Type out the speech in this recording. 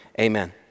amen